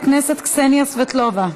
חברת הכנסת קסניה סבטלובה,